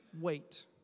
wait